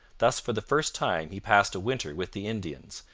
thus for the first time he passed a winter with the indians,